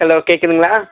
hello கேட்குதுங்களா